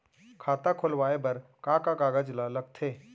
खाता खोलवाये बर का का कागज ल लगथे?